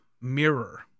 Mirror